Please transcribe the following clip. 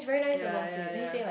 ya ya ya